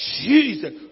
Jesus